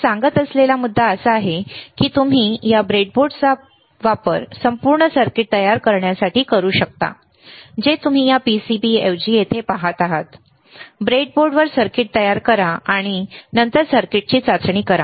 मी सांगत असलेला मुद्दा असा आहे की तुम्ही या ब्रेडबोर्डचा वापर संपूर्ण सर्किट तयार करण्यासाठी करू शकता जे तुम्ही या PCB ऐवजी येथे पाहत आहात ब्रेडबोर्डवर सर्किट तयार करा आणि नंतर सर्किटची चाचणी घ्या